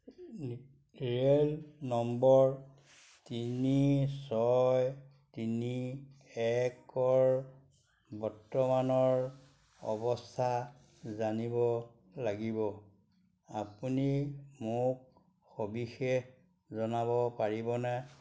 rail number তিনি ছয় তিনি একৰ বৰ্তমানৰ অৱস্থা জানিব লাগিব আপুনি মোক সবিশেষ জনাব পাৰিবনে